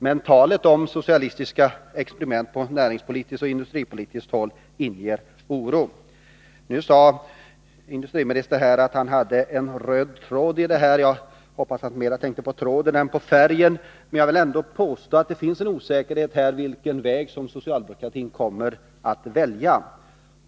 Men talet om socialistiska experiment på industripolitiskt och näringspolitiskt håll inger oro. Industriministern sade att han har hittat den röda tråden i detta. Jag hoppas att han mera tänker på tråden än på färgen. Jag vill ändå påstå att det finns osäkerhet om vilken väg socialdemokratin kommer att välja.